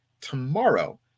tomorrow